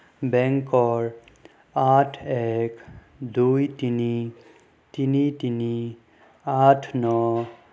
বেংকৰ আঠ এক দুই তিনি তিনি তিনি আঠ ন